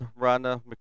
Rhonda